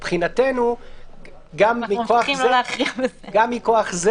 לשיטתנו גם מכוח זה